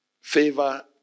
favor